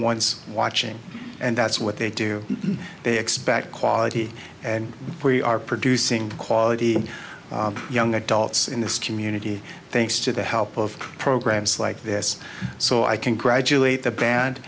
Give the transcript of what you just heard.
one's watching and that's what they do they expect quality and we are producing quality young adults in this community thanks to the help of programs like this so i can graduate the band